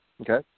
Okay